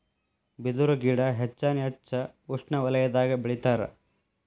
ಬಿದರು ಗಿಡಾ ಹೆಚ್ಚಾನ ಹೆಚ್ಚ ಉಷ್ಣವಲಯದಾಗ ಬೆಳಿತಾರ